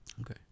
Okay